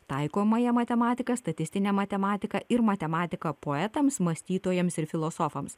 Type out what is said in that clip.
taikomąją matematiką statistinę matematiką ir matematiką poetams mąstytojams ir filosofams